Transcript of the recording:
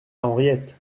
henriette